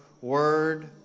word